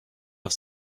auf